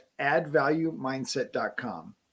AddValueMindset.com